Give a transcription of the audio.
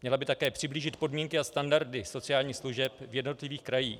Měla by také přiblížit podmínky a standardy sociálních služeb v jednotlivých krajích.